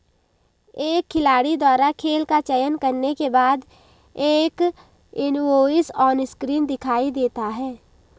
एक खिलाड़ी द्वारा खेल का चयन करने के बाद, एक इनवॉइस ऑनस्क्रीन दिखाई देता है